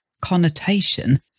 connotation